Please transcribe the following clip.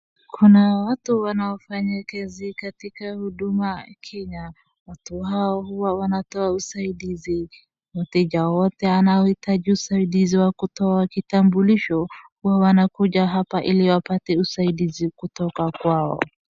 Kuna watu wanaofanya kazi katika Huduma Kenya, watu hao huwa wanatoa usaidizi, wateja wote wanaohitaji usaidizi wa kutoa kitambulisho huwa wanakuja hapa ili wapate usaidizi kutoka kwao.